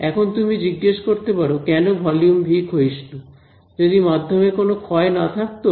এখন তুমি জিজ্ঞেস করতে পারো কেন ভলিউম ভি ক্ষয়িষ্ণু যদি মাধ্যমে কোন ক্ষয় না থাকতো তাহলে কি হতো